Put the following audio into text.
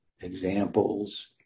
examples